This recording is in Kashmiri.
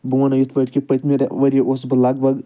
بہٕ وَنو یِتھ پٲٹھۍ کہِ پٔتۍمہِ ؤریہِ اوسُس بہٕ لَگ بھگ